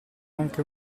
anche